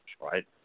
Right